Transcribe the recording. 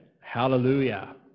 Hallelujah